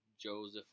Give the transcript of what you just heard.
Joseph